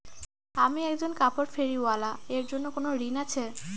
আমি একজন কাপড় ফেরীওয়ালা এর জন্য কোনো ঋণ আছে?